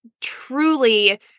truly